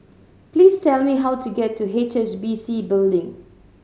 please tell me how to get to H S B C Building